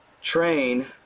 train